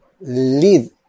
lead